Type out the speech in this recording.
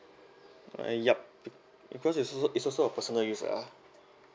uh yup because it's also it's also a personal use ah